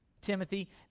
Timothy